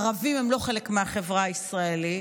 ערבים הם לא חלק מהחברה הישראלית,